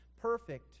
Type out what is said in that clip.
perfect